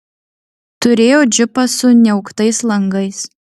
turėjo džipą su niauktais langais